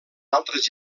altres